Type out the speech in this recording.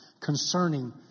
concerning